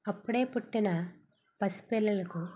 అప్పుడే పుట్టిన పసి పిల్లలకు